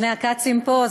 שני הכצים פה,